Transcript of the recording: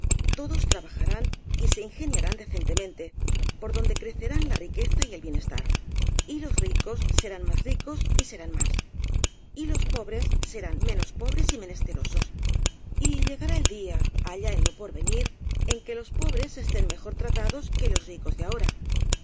todos traba jarán y se ingeniarán decentemente por donde crecerán la riqueza y el bienestar y los ricos serán más ricos y serán más y los pobres serán menos pobres y menesterosos y llegará dia allá en lo porvenir en que los pobres estén mejor tratados que los ricos de ahora